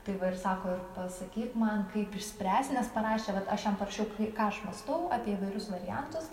tai va ir sako ir pasakyk man kaip išspręsi nes parašė vat aš jam parašiau k ką aš mąstau apie įvairius variantus